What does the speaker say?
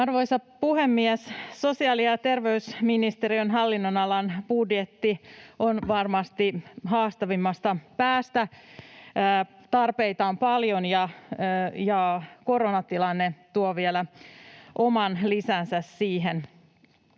Arvoisa puhemies! Sosiaali- ja terveysministeriön hallinnonalan budjetti on varmasti haastavimmasta päästä: tarpeita on paljon, ja koronatilanne tuo vielä oman lisänsä siihen.